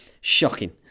Shocking